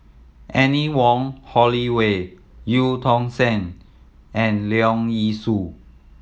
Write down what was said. Anne Wong Holloway Eu Tong Sen and Leong Yee Soo